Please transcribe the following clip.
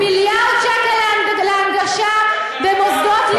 תקשיב קצת לעובדות,